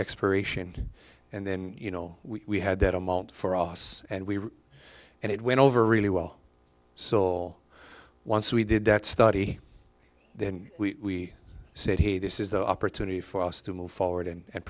expiration and then you know we had that amount for oss and we and it went over really well so once we did that study then we said hey this is the opportunity for us to move forward and